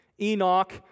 Enoch